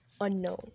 unknown